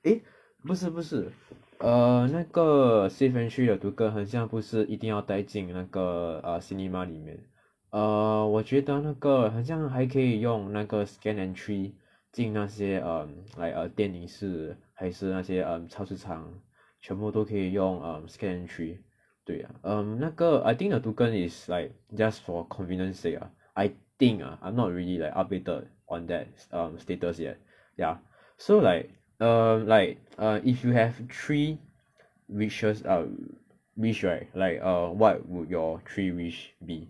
eh 不是不是 err 那个 safe entry 的很像不是一定要带进那个 err cinema 里面 err 我觉得那个很像还可以用那个 safe entry 进那些 um like err 电影是还是那些操场全部都可以用 um scan entry 对 um 那个 I think the token is like just for convenience sake ah I think ah I'm not really like updated on that stuff status yet ya so like err like err if you have three wishes um wish right like err what would your three wish be